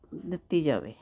ਦਿੱਤੀ ਜਾਵੇ